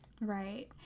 Right